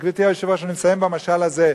גברתי היושבת-ראש, אני אסיים במשל הזה.